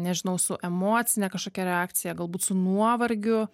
nežinau su emocine kažkokia reakcija galbūt su nuovargiu